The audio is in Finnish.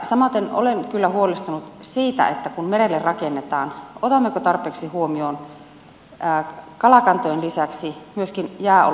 samaten olen kyllä huolestunut siitä että kun merelle rakennetaan otammeko tarpeeksi huomioon kalakantojen lisäksi myöskin jääolosuhteet